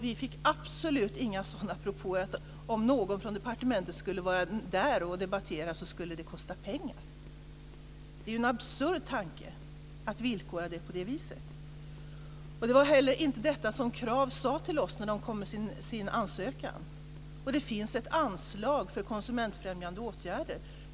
Vi fick absolut inga sådana propåer, dvs. att om någon från departementet skulle vara där och debattera så skulle det kosta pengar. Det är en absurd tanke att villkora det på det viset. Det var heller inte detta som Krav sade till oss när man kom med sin ansökan. Det finns ett anslag för konsumentfrämjande åtgärder.